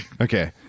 Okay